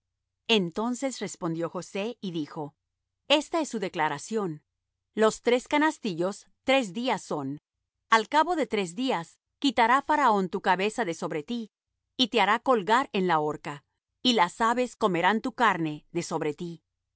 entonces respondió josé y dijo esta es su declaración los tres canastillos tres días son al cabo de tres días quitará faraón tu cabeza de sobre ti y te hará colgar en la horca y las aves comerán tu carne de sobre ti